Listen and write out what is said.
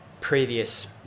previous